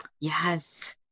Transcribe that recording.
yes